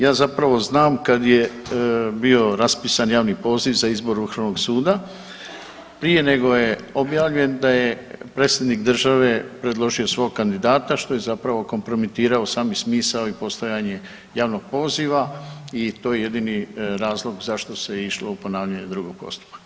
Ja zapravo znam kad je bio raspisan javni poziv za izbor Vrhovnog suda prije nego je objavljen da je predsjednik države predložio svog kandidata što je zapravo kompromitiralo sami smisao i postojanje javnog poziva i to je jedini razlog zašto se išlo u ponavljanje drugog postupka.